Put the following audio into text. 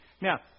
Now